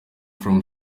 from